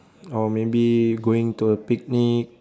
or maybe going to a picnic